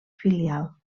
filial